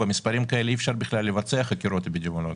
במספרים כאלה אי אפשר לבצע חקירות אפידמיולוגיות.